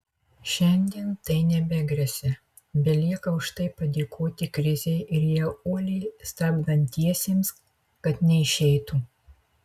šiandien tai nebegresia belieka už tai padėkoti krizei ir ją uoliai stabdantiesiems kad neišeitų